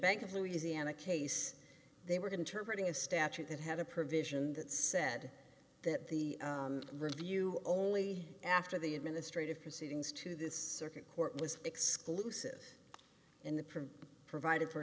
bank of louisiana case they were going terminating a statute that had a provision that said that the review only after the administrative proceedings to this circuit court was exclusive in the print provided for